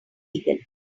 illegal